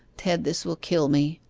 ted, this will kill me.